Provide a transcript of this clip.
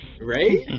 right